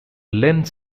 lynne